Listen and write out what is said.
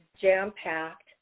jam-packed